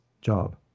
job